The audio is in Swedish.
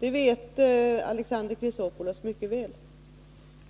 Det vet Alexander Chrisopoulos mycket väl.